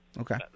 Okay